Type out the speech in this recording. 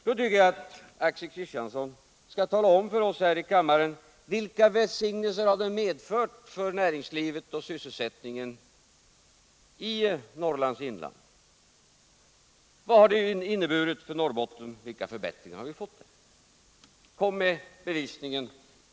Då tycker jag att Axel Kristiansson skall tala om för oss här i kammaren vilka välsignelser det har medfört för näringslivet och sysselsättningen i Norrlands inland. Vilka förbättringar har det medfört för Norrbotten? Kom med bevisningen och de konkreta beskeden!